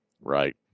Right